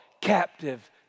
captive